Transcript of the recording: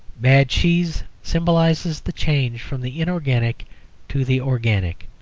bad cheese symbolises the change from the inorganic to the organic.